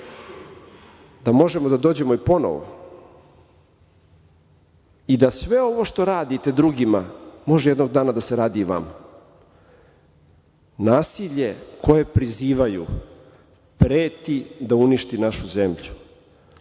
da možemo da dođemo ponovo i da sve ovo što radite drugima može jednog dana da se radi i vama. Nasilje koje prizivaju preti da uništi našu zemlju,